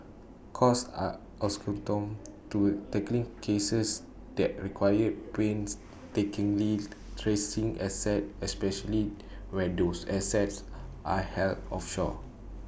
courts are accustomed to tackling cases that require painstakingly tracing assets especially where those assets are held offshore